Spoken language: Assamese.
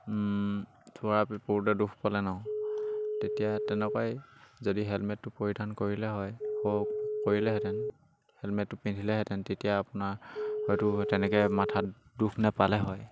থোৱা পৰোঁতে দুখ পালে ন তেতিয়া তেনেকুৱাই যদি হেলমেটটো পৰিধান কৰিলে হয় হ' কৰিলেহেঁতেন হেলমেটটো পিন্ধিলেহেঁতেন তেতিয়া আপোনাৰ হয়তো তেনেকৈ মাথাত দুখ নেপালে হয়